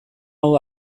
hau